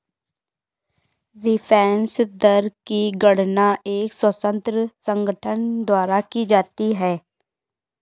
reference दर की गणना एक स्वतंत्र संगठन द्वारा की जाती है